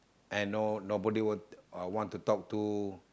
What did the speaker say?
and no nobody will uh want to talk to